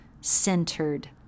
centered